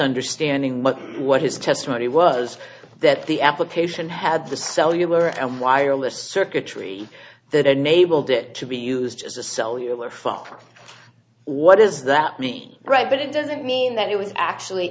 misunderstanding much what his testimony was that the application had the cellular and wireless circuitry that enabled it to be used as a cellular fuck what is that me right but it doesn't mean that it was actually